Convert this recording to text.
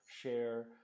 share